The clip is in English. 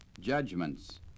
judgments